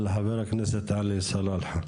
חבר הכנסת עלי סלאלחה.